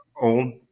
old